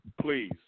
Please